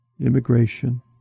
immigration